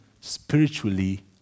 spiritually